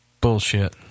Bullshit